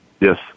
Yes